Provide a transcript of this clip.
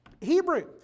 Hebrew